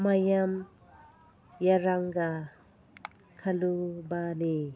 ꯃꯌꯥꯝ ꯌꯦꯡꯂꯒ ꯈꯜꯂꯨꯕꯅꯤ